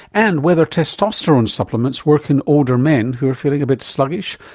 and whether testosterone supplements work in older men who are feeling a bit sluggish,